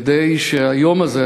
כדי שהיום הזה,